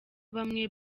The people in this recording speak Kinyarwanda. bamwe